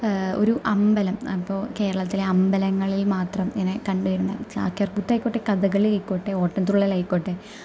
ഒരു അമ്പലം അപ്പൊ കേരളത്തിലെ അമ്പലങ്ങളില് മാത്രം ഇങ്ങനെ കണ്ടുവരുന്ന ചാക്യാര്കൂത്തായിക്കോട്ടെ കഥകളി ആയിക്കോട്ടെ ഓട്ടന്തുള്ളലായിക്കോട്ടെ